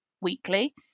weekly